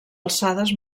alçades